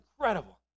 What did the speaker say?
incredible